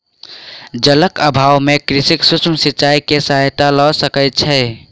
जलक अभाव में कृषक सूक्ष्म सिचाई के सहायता लय सकै छै